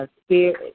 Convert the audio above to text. spirit